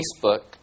Facebook